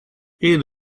ian